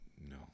No